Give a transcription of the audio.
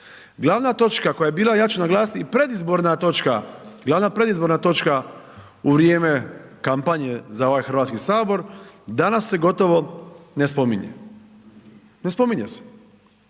Glavna točka koja je bila, ja ću naglasiti i predizborna točka, glavna predizborna točka u vrijeme kampanje za ovaj Hrvatski sabor danas se gotovo ne spominje, ne spominje se.